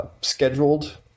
scheduled